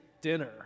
dinner